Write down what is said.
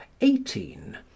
eighteen